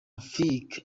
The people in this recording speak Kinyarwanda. afrique